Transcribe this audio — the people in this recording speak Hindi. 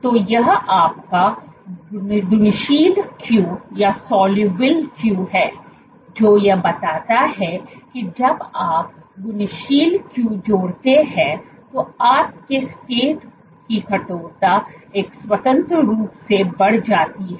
तो यह आपका घुलनशील क्यू है जो यह बताता है कि जब आप घुलनशील क्यू जोड़ते हैं तो आपके स्टेट की कठोरता एक स्वतंत्र रूप से बढ़ जाती है